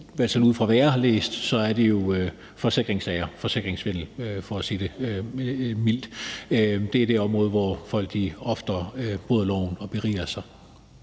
sker, ud fra hvad jeg har læst, jo i forbindelse med forsikringssager – forsikringssvindel for at sige det mildt. Det er det område, hvor folk oftest bryder loven og beriger sig.